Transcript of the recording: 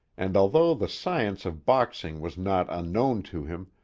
and although the science of boxing was not unknown to him,